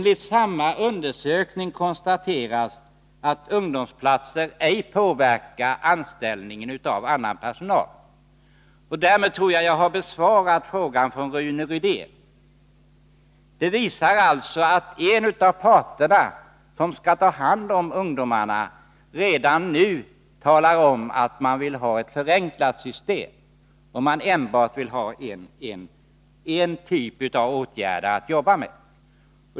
I samma undersökning konstateras att ungdomsplatser ej påverkar anställningen av annan personal. Därmed tror jag att jag har besvarat frågan från Rune Rydén. En av de parter som skall ta hand om ungdomarna talar alltså redan nu om att man vill ha ett förenklat system och enbart en typ av åtgärder att jobba med.